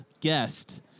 guest